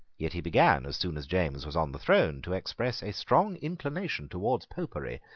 yet he began, as soon as james was on the throne, to express a strong inclination towards popery,